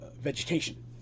vegetation